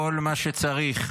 כל מה שצריך,